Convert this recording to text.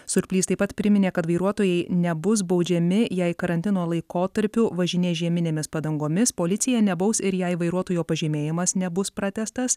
surplys taip pat priminė kad vairuotojai nebus baudžiami jei karantino laikotarpiu važinės žieminėmis padangomis policija nebaus ir jei vairuotojo pažymėjimas nebus pratęstas